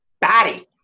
batty